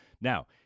Now